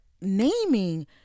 naming